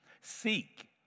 Seek